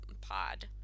pod